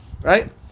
Right